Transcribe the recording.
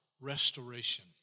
restoration